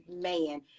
man